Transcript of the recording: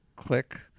Click